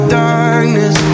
darkness